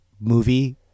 movie